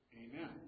Amen